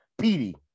Petey